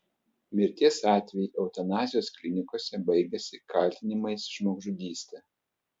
mirties atvejai eutanazijos klinikose baigiasi kaltinimais žmogžudyste